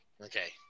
Okay